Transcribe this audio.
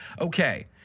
Okay